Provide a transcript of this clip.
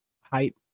height